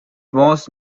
most